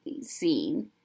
seen